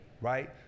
Right